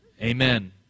Amen